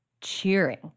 cheering